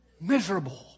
miserable